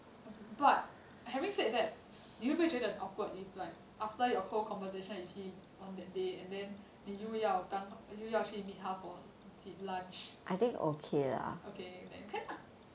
but having said that 你会不会觉得很 awkward if like after your whole conversation with him on that day and then 你又要去 meet 他 for lunch okay then can lah